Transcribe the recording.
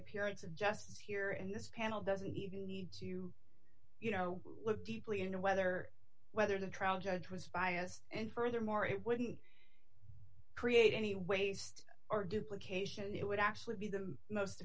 appearance of justice here and this panel doesn't even need to you know look deeply into whether whether the trial judge was biased and furthermore it wouldn't create any waste or duplications it would actually be the most